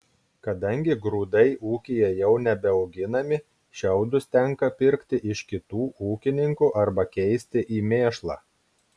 kadangi grūdai ūkyje jau nebeauginami šiaudus tenka pirkti iš kitų ūkininkų arba keisti į mėšlą